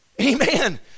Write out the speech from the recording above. Amen